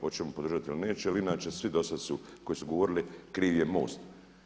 Hoćemo podržati ili neće jer inače svi do sad su koji su govorili kriv je MOST.